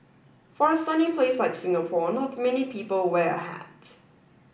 for a sunny place like Singapore not many people wear a hat